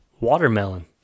watermelon